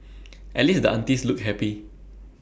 at least the aunties looked happy